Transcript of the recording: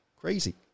crazy